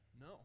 No